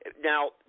Now